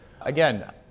again